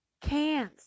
cans